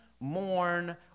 mourn